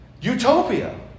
Utopia